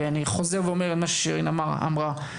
ואני חוזר על מה ששירין אמרה,